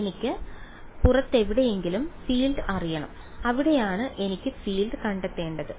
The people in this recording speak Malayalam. എനിക്ക് പുറത്തെവിടെയെങ്കിലും ഫീൽഡ് അറിയണം അവിടെയാണ് എനിക്ക് ഫീൽഡ് കണ്ടെത്തേണ്ടത്